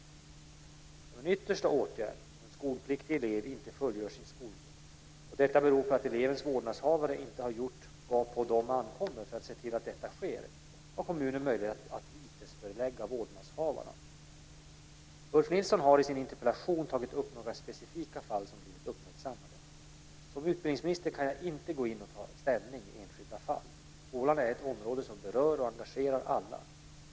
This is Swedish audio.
Som en yttersta åtgärd om en skolpliktig elev inte fullgör sin skolgång och detta beror på att elevens vårdnadshavare inte har gjort vad på dem ankommer för att se till att detta sker, har kommunen möjlighet att vitesförelägga vårdnadshavarna. Ulf Nilsson har i sin interpellation tagit upp några specifika fall som blivit uppmärksammade. Som utbildningsminister kan jag inte gå in och ta ställning i enskilda fall. Skolan är ett område som berör och engagerar alla.